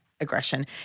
aggression